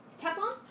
Teflon